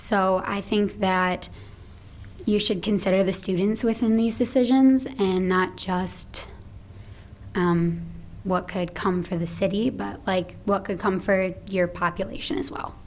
so i think that you should consider the students within these decisions and not just what could come from the city but like welcome come free your population as well